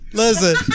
listen